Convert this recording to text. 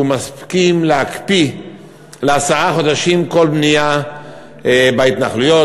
מסכים להקפיא לעשרה חודשים כל בנייה בהתנחלויות,